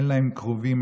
אין להם קרובים,